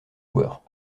joueurs